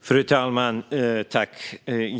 Fru talman!